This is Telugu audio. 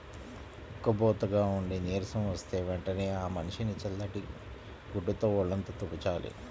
ఉక్కబోతగా ఉండి నీరసం వస్తే వెంటనే ఆ మనిషిని చల్లటి గుడ్డతో వొళ్ళంతా తుడవాలి